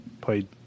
Played